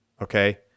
Okay